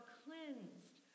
cleansed